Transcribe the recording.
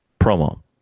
promo